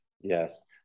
Yes